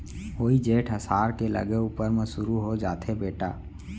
वोइ जेठ असाढ़ के लगे ऊपर म सुरू हो जाथे बेटा